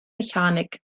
mechanik